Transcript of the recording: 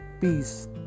peace